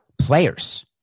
players